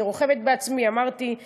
אני רוכבת בעצמי, אמרתי.